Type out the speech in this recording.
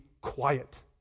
quiet